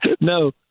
No